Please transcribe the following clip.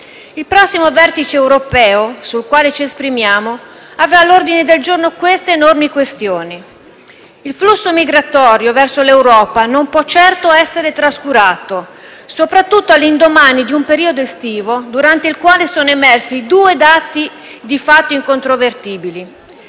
il prossimo vertice europeo, sul quale ci esprimiamo, avrà all'ordine del giorno queste enormi questioni. Il flusso migratorio verso l'Europa non può certo essere trascurato, soprattutto all'indomani di un periodo estivo durante il quale sono emersi due dati di fatto incontrovertibili.